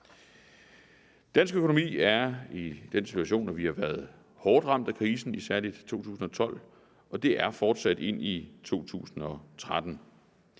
Dansk økonomi er i den situation, at vi har været hårdt ramt af krisen, særligt i 2012, og det er fortsat ind i 2013.